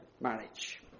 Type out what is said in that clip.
marriage